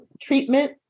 treatment